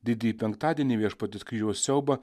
didįjį penktadienį viešpaties kryžiaus siaubą